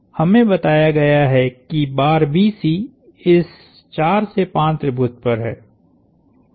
हमें बताया गया है कि बार BC इस 4 से 5 त्रिभुज पर है